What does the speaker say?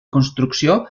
construcció